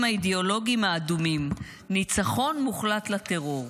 האידאולוגיים האדומים --- ניצחון מוחלט לטרור.